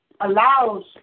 allows